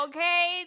Okay